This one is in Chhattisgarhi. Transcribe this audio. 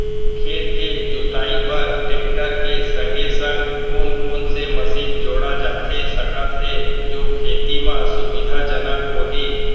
खेत के जुताई बर टेकटर के संगे संग कोन कोन से मशीन जोड़ा जाथे सकत हे जो खेती म सुविधाजनक होही?